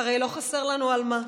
הרי לא חסר לנו על מה.